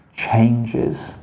changes